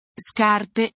scarpe